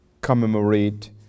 commemorate